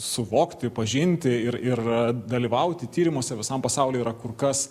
suvokti pažinti ir ir dalyvauti tyrimuose visam pasauly yra kur kas